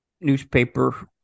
newspaper